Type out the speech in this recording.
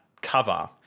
cover